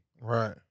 Right